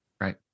Right